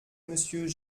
monsieur